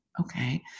okay